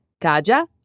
Kaja